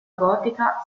gotica